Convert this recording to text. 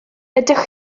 ydych